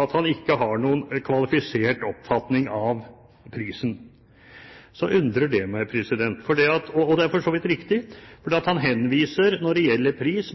at han ikke har noen kvalifisert oppfatning av prisen, undrer det meg. Det er for så vidt riktig, for han henviser når det gjelder pris,